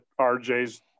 RJ's